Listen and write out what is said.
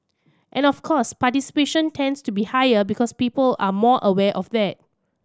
and of course participation tends to be higher because people are more aware of that